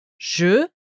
Je